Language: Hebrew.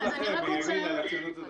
כמו אצלכם, מימינה לציונות הדתית.